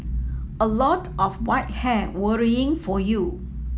a lot of white hair worrying for you